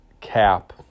cap